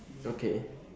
okay